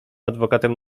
adwokatem